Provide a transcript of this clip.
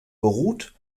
beruht